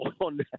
on